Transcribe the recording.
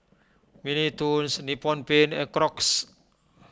Mini Toons Nippon Paint and Crocs